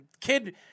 Kid